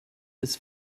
ist